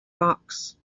rocks